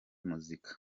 muzika